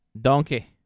Donkey